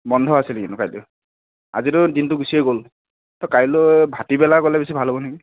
বন্ধ আছিল কিন্তু কাইলৈ আজিতো দিনটো গুচিয়ে গ'ল ত' কাইলৈ ভাটিবেলা গ'লে বেছি ভাল হ'ব নেকি